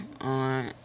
on